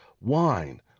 wine